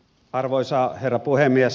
arvoisa herra puhemies